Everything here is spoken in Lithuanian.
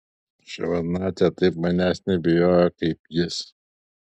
ševardnadzė taip manęs nebijojo kaip jis